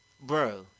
Bro